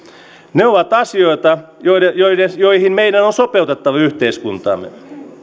ne ovat asioita joihin meidän on sopeutettava yhteiskuntaamme